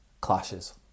Clashes